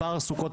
מסורתי